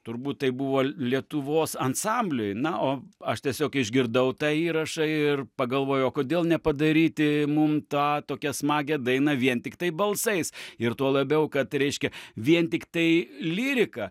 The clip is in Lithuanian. turbūt tai buvo lietuvos ansambliui na o aš tiesiog išgirdau tą įrašą ir pagalvojau kodėl nepadaryti mum tą tokią smagią dainą vien tiktai balsais ir tuo labiau kad reiškia vien tiktai lyrika